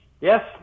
Yes